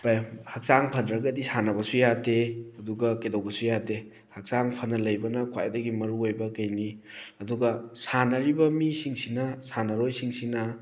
ꯍꯛꯆꯥꯡ ꯐꯗ꯭ꯔꯒꯗꯤ ꯁꯥꯟꯅꯕꯁꯨ ꯌꯥꯗꯦ ꯑꯗꯨꯒ ꯀꯩꯗꯧꯕꯁꯨ ꯌꯥꯗꯦ ꯍꯛꯆꯥꯡ ꯐꯅ ꯂꯩꯕꯅ ꯈ꯭ꯋꯥꯏꯗꯒꯤ ꯃꯔꯨꯑꯣꯏꯕ ꯀꯩꯅꯤ ꯑꯗꯨꯒ ꯁꯥꯟꯅꯔꯤꯕ ꯃꯤꯁꯤꯡꯁꯤꯅ ꯁꯥꯟꯅꯔꯣꯏꯁꯤꯡꯁꯤꯅ